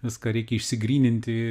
viską reikia išsigryninti